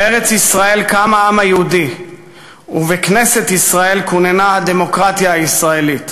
בארץ-ישראל קם העם היהודי ובכנסת ישראל כוננה הדמוקרטיה הישראלית.